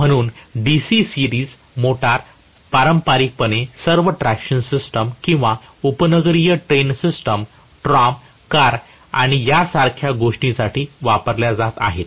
म्हणूनच DC series motors पारंपारिकपणे सर्व ट्रॅक्शन सिस्टम किंवा उपनगरीय ट्रेन सिस्टम ट्राम कार आणि त्यासारख्या गोष्टींसाठी वापरल्या जात आहेत